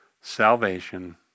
salvation